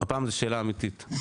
הפעם זה שאלה אמיתית.